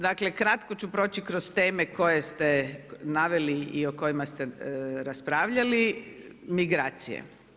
Dakle kratko ću proći kroz teme koje ste naveli i o kojima ste raspravljali, migracije.